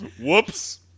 Whoops